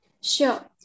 Sure